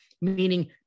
Meaning